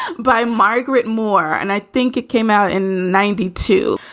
by margaret moore and i think it came out in ninety two.